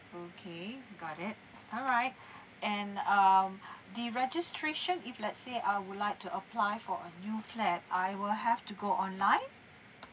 okay got it alright and um the registration if let's say I would like to apply for a new flat I will have to go online